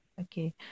Okay